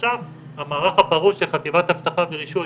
ובנוסף המערך הפרוס של חטיבת אבטחה ורישוי